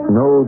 no